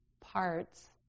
parts